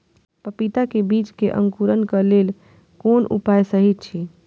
पपीता के बीज के अंकुरन क लेल कोन उपाय सहि अछि?